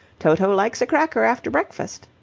toto likes a cracker after breakfast.